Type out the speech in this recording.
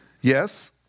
Yes